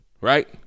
Right